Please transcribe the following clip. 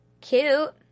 cute